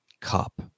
cup